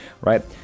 right